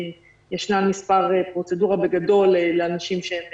ישנן מספר פרוצדורות בגדול לאנשים שהם